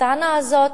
הטענה הזאת,